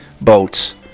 boats